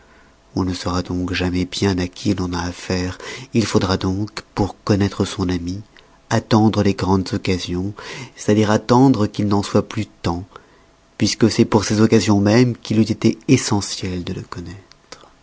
on ne saura donc jamais bien à qui l'on a affaire il faudra donc pour connoître son ami attendre les grandes occasions c'est-à-dire attendre qu'il n'en soit plus tems puisque c'est pour ces occasions mêmes qu'il eût été essentiel de le connoître